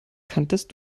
kanntest